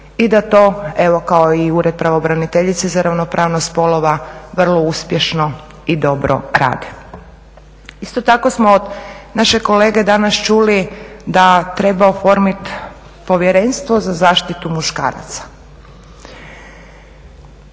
i da to evo kao i Ured pravobraniteljice za ravnopravnost spolova vrlo uspješno i dobro rade. Isto tako smo od našeg kolege danas čuli da treba oformit povjerenstvo za zaštitu muškaraca.